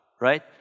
Right